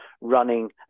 running